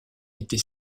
était